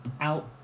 out